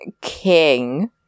King